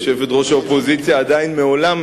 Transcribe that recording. יושבת-ראש האופוזיציה מעולם,